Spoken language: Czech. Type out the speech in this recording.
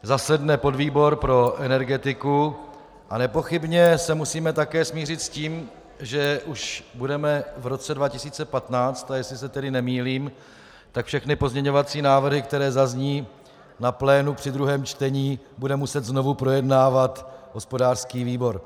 Zasedne podvýbor pro energetiku a nepochybně se musíme také smířit s tím, že už budeme v roce 2015, a jestli se tedy nemýlím, tak všechny pozměňovací návrhy, které zazní na plénu při druhém čtení, bude muset znovu projednávat hospodářský výbor.